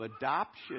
adoption